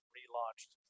relaunched